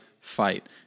fight